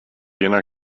jener